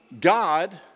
God